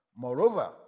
Moreover